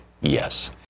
Yes